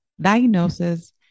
diagnosis